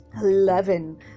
Eleven